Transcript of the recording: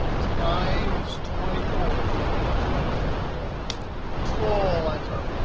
times twenty four don't forget the times twenty four control enter.